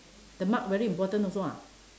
the mark very important also ah